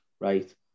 right